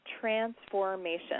transformation